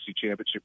championship